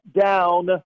down